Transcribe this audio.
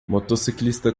motociclista